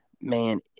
Man